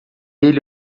ele